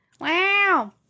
Wow